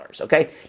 okay